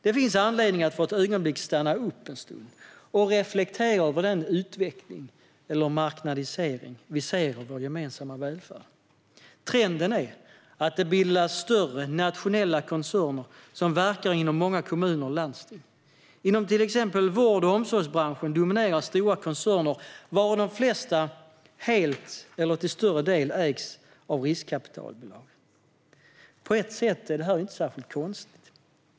Det finns anledning att för ett ögonblick stanna upp och reflektera över den utveckling, den marknadisering, vi ser av vår gemensamma välfärd. Trenden är att det bildas större, nationella koncerner som verkar inom många kommuner och landsting. Inom till exempel vård och omsorgsbranschen dominerar stora koncerner, varav de flesta helt eller till större del ägs av riskkapitalbolag. På ett sätt är det här inte särskilt konstigt.